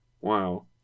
Wow